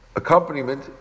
accompaniment